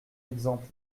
exemple